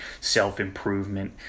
self-improvement